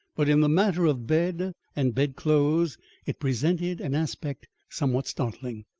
but in the matter of bed and bedclothes it presented an aspect somewhat startling.